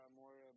more